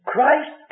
Christ